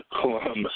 Columbus